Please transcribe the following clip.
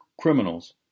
criminals